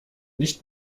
nicht